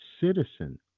citizen